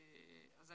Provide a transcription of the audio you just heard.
אני